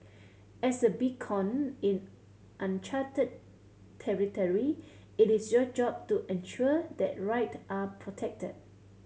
as a beacon in uncharted territory it is your job to ensure that right are protected